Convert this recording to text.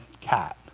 cat